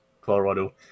Colorado